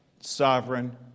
sovereign